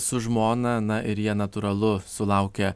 su žmona na ir jie natūralu sulaukia